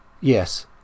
Yes